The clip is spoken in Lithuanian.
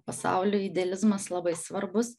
pasaulio idealizmas labai svarbus